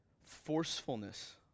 forcefulness